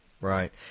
right